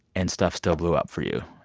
and stuff still blew up for you,